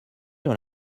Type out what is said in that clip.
dans